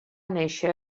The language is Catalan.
néixer